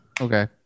okay